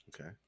Okay